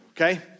Okay